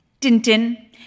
Tintin